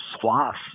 swaths